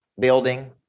building